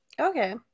Okay